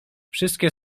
wszystkie